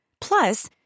Plus